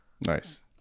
Nice